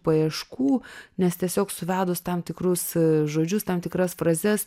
paieškų nes tiesiog suvedus tam tikrus žodžius tam tikras frazes